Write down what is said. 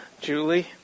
Julie